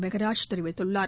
மெகராஜ் தெரிவித்துள்ளார்